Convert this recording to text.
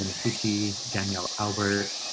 mutiti. danielle aubert,